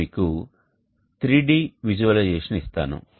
నేను మీకు 3D visualisation ఇస్తాను